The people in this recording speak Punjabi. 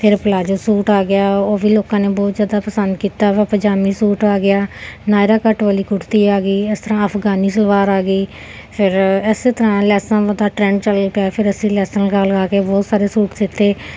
ਫ਼ਿਰ ਪਲਾਜੂ ਸੂਟ ਆ ਗਿਆ ਉਹ ਵੀ ਲੋਕਾਂ ਨੇ ਬਹੁਤ ਜ਼ਿਆਦਾ ਪਸੰਦ ਕੀਤਾ ਵਾ ਪਜਾਮੀ ਸੂਟ ਆ ਗਿਆ ਨਾਇਰਾ ਕੱਟ ਵਾਲੀ ਕੁੜਤੀ ਆ ਗਈ ਇਸ ਤਰ੍ਹਾਂ ਅਫਗਾਨੀ ਸਲਵਾਰ ਆ ਗਈ ਫਿਰ ਇਸ ਤਰ੍ਹਾਂ ਲੈਸਾਂ ਦਾ ਤਾਂ ਟਰੈਂਡ ਚੱਲ ਪਿਆ ਫਿਰ ਅਸੀਂ ਲੈਸਾਂ ਲਗਾ ਲਗਾ ਕੇ ਬਹੁਤ ਸਾਰੇ ਸੂਟ ਸੀਤੇ